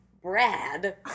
Brad